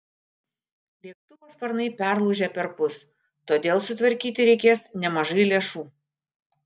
lėktuvo sparnai perlūžę perpus todėl sutvarkyti reikės nemažai lėšų